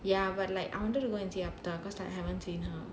ya but like I wanted to go and see alberta because like I haven't seen her